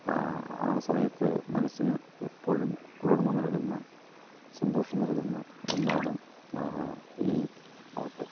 ആ സമയത്ത് മനസ്സിന് എപ്പോഴും കുളിർമ്മ നൽകുന്ന സന്തോഷം നൽകുന്ന ഒന്നാണ് ഈ പാട്ട്